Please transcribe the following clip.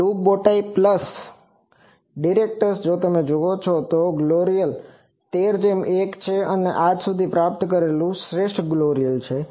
અને લૂપ બોટાઈ plus directors તમે જોશો કે તે ગ્લોઅર થઈ રહ્યું છે અને તે પણ 13 જેમ 1 છે જે આજ સુધી પ્રાપ્ત કરેલું શ્રેષ્ઠ છે